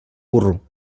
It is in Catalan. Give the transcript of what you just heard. burro